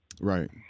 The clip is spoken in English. Right